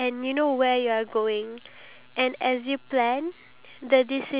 keep on dreaming momentum will help you go on in life